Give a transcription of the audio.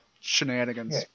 shenanigans